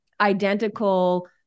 identical